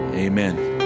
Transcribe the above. Amen